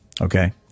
okay